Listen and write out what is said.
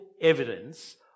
evidence